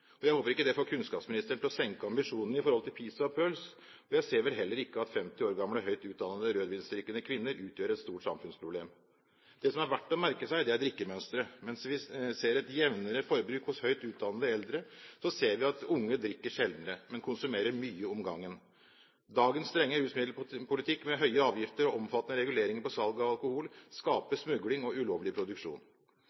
Jeg håper ikke det får kunnskapsministeren til å senke ambisjonene i forhold til PISA og PIRLS, og jeg ser vel heller ikke at 50 år gamle høyt utdannede rødvinsdrikkende kvinner utgjør et stort samfunnsproblem. Det som er verdt å merke seg, er drikkemønsteret. Mens vi ser et jevnere forbruk hos høyt utdannede eldre, ser vi at de unge drikker sjeldnere, men konsumerer mye om gangen. Dagens strenge rusmiddelpolitikk, med høye avgifter og omfattende reguleringer på salg av alkohol,